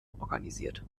organisiert